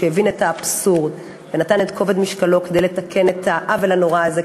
שהבין את האבסורד ושם את כל כובד משקלו כדי לתקן את העוול הנורא הזה,